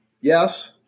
Yes